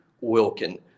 Wilkin